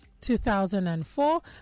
2004